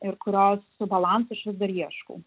ir kurios balanso aš vis dar ieškau